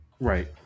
Right